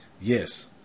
yes